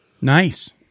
Nice